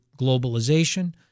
globalization